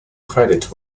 credit